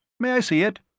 may i see it?